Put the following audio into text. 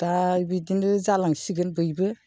दा बिदिनो जालांसिगोन बैबो